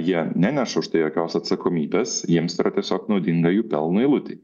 jie neneša už tai jokios atsakomybės jiems tai yra tiesiog naudinga jų pelno eilutėj